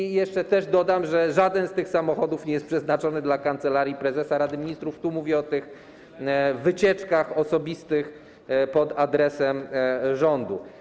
I jeszcze też dodam, że żaden z tych samochodów nie jest przeznaczony dla Kancelarii Prezesa Rady Ministrów - tu mówię o tych wycieczkach osobistych pod adresem rządu.